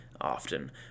often